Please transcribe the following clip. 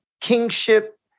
kingship